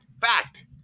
Fact